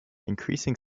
increasing